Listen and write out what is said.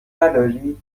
نداری